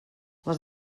les